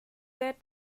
that